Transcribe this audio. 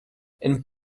and